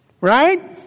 Right